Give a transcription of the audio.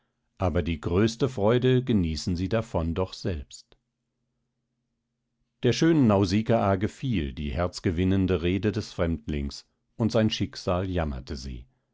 aber die größte freude genießen sie davon doch selbst der schönen nausikaa gefiel die herzgewinnende rede des fremdlings und sein schicksal jammerte sie